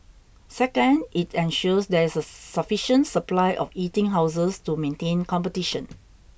second it ensures there is a sufficient supply of eating houses to maintain competition